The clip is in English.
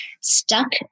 stuck